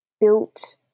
built